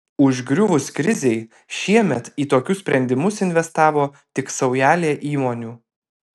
užgriuvus krizei šiemet į tokius sprendimus investavo tik saujelė įmonių